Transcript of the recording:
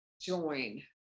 Join